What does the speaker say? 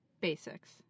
basics